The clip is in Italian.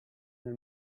nel